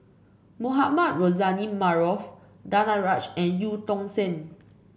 Mohamed Rozani Maarof Danaraj and Eu Tong Sen